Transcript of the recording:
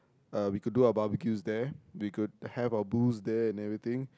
uh we could do our barbeques there we could have our booze there and everything